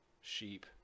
sheep